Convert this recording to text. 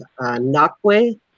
Nakwe